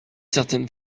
certaines